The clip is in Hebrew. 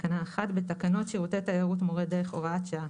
בתקנות שירותי תיירות (מורי דרך) (הוראת שעה),